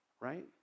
right